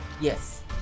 Yes